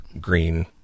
green